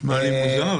נשמע לי מוזר,